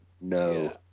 no